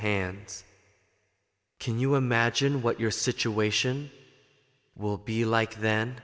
hands can you imagine what your situation will be like then